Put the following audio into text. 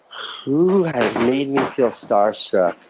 who has made me feel star-struck?